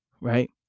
right